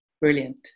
Brilliant